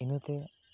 ᱤᱱᱟᱹ ᱛᱮ